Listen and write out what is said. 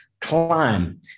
climb